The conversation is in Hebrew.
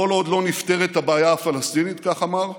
כל עוד לא נפתרת הבעיה הפלסטינית, כך אמר,